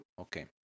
Okay